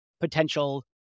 potential